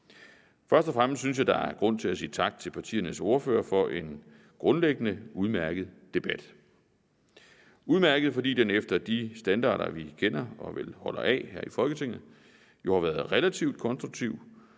Først og fremmest synes jeg, der er grund til at sige tak til partiernes ordførere for en grundlæggende udmærket debat. Den har været udmærket, fordi den efter de standarder, vi kender og vel holder af i Folketinget, jo har været relativt konstruktiv